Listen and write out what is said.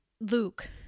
Luke